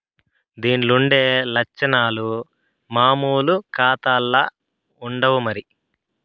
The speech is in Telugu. దీన్లుండే లచ్చనాలు మామూలు కాతాల్ల ఉండవు మరి